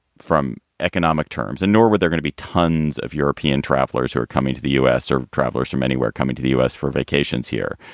from economic terms in norway, they're gonna be tons of european travelers who are coming to the u s. or travelers from anywhere coming to the u s. for vacations here.